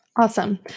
Awesome